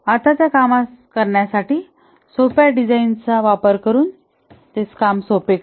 आता त्या कामास करण्यासाठी सोप्या डिझाइनचा वापर करून सोपे करा